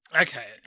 okay